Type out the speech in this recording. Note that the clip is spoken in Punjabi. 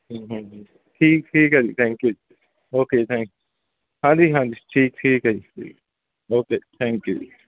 ਹੂੰ ਹੂੰ ਹੂੰ ਠੀਕ ਠੀਕ ਹੈ ਜੀ ਥੈਂਕ ਯੂ ਓਕੇ ਜੀ ਥੈਂਕ ਹਾਂਜੀ ਹਾਂਜੀ ਠੀਕ ਠੀਕ ਹੈ ਜੀ ਠੀਕ ਓਕੇ ਥੈਂਕ ਯੂ ਜੀ